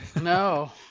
No